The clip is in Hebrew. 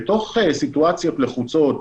בתוך סיטואציות לחוצות,